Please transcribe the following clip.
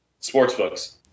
Sportsbooks